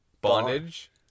Bondage